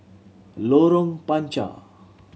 Lorong Panchar